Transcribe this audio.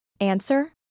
Answer